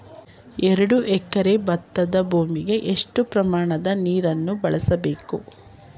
ಎರಡು ಎಕರೆ ಭತ್ತದ ಭೂಮಿಗೆ ಎಷ್ಟು ಪ್ರಮಾಣದ ನೀರನ್ನು ಬಳಸಬೇಕು?